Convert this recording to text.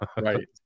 right